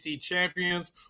champions